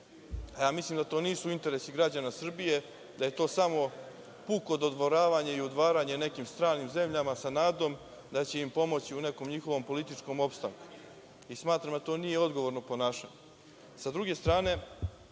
Mislim da to nisu interesi građana Srbije, da je to samo puko dodvoravanje i udvaranje nekim stranim zemljama sa nadom da će im pomoći u nekom njihovom političkom opstanku. Smatram da to nije odgovorno ponašanje. Sa